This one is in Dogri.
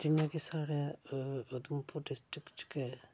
जियां केह् साढ़ै उधमपुर डिस्ट्रिकट च गै